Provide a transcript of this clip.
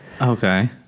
Okay